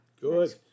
Good